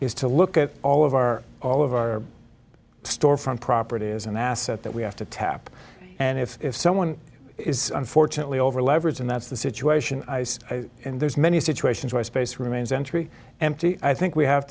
is to look at all of our all of our store front property is an asset that we have to tap and if someone is unfortunately over leveraged and that's the situation and there's many situations where space remains entry empty i think we have